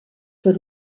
per